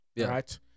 Right